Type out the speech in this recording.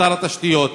לשר התשתיות,